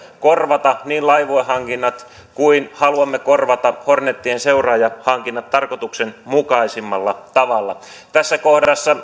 korvata niin laivuehankinnat kuin haluamme korvata hornetien seuraajahankinnat tarkoituksenmukaisimmalla tavalla tässä kohdassa